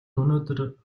өнөөдөр